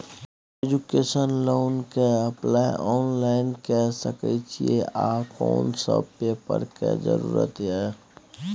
Education loan के apply online के सके छिए आ कोन सब पेपर के जरूरत इ?